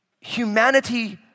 humanity